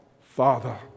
Father